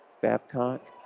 Babcock